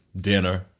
dinner